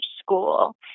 school